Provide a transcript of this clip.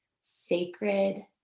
sacred